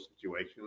situation